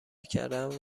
کردن